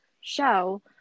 show